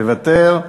מוותר.